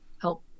help